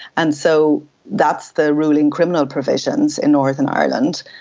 and so that's the ruling criminal provisions in northern ireland,